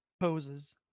poses